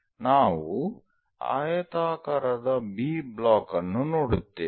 ನಾವು ಆಯತಕಾರದ B block ಅನ್ನು ನೋಡುತ್ತೇವೆ